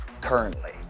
currently